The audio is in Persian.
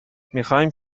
میخواییم